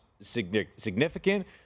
significant